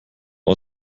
man